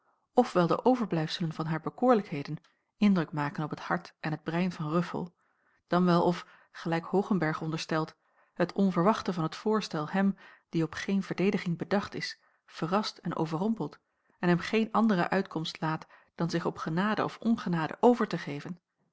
wel de overblijfselen van haar bekoorlijkheden indruk maken op het hart en het brein van ruffel dan wel of gelijk hoogenberg onderstelt het onverwachte van het voorstel hem die op geen verdediging bedacht is verrast en overrompelt en hem geen andere uitkomst laat dan zich op genade of ongenade over te geven